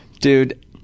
Dude